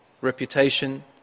reputation